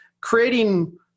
creating